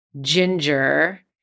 ginger